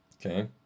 Okay